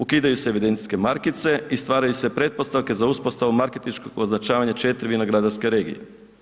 Ukidaju se evidencijske markice i stvaraju se pretpostavke za uspostavu marketinškog označavanja 4 vinogradarske regije.